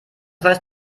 weiß